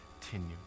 continue